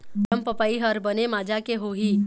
अरमपपई हर बने माजा के होही?